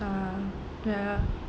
uh ya